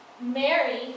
Mary